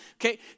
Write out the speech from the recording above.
okay